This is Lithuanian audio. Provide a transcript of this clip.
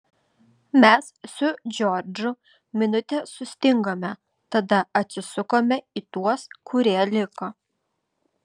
mes su džordžu minutę sustingome tada atsisukome į tuos kurie liko